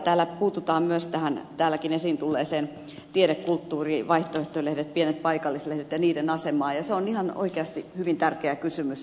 täällä puututaan myös näihin täälläkin esiin tulleisiin tiede kulttuuri vaihtoehtolehtiin pieniin paikallislehtiin ja niiden asemaan ja se on ihan oikeasti hyvin tärkeä kysymys